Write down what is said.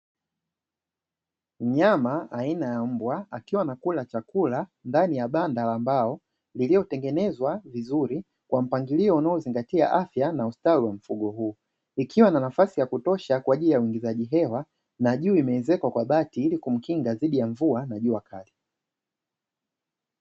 Mnyama aina ya mbwa akiwa anakula chakula ndani ya banda la mbao, lililotengenezwa vizuri kwa mpangilio unaozingatia afya na ustawi wa mfugo huo, likiwa na nafasi ya kutosha kwa ajili ya uingizaji hewa, na juu imeezekwa kwa bati ili kumkinga dhidi ya mvua na jua kali.